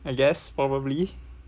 I guess probably